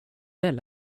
väl